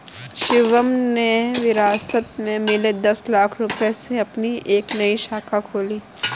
शिवम ने विरासत में मिले दस लाख रूपए से अपनी एक नई शाखा खोली